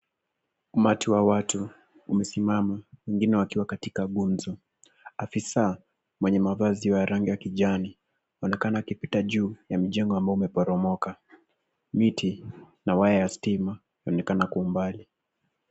Umati wa watu umesimama, wengine wakiwa katika ngumzo. Afisa mwenye mavazi ya rangi ya kijani, anaonekana akipita juu ya mjengo ambayo umeporomoka. Miti na waya ya stima unaonekana kwa umbali.